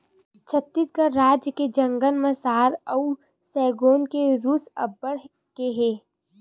छत्तीसगढ़ राज के जंगल म साल अउ सगौन के रूख अब्बड़ के हे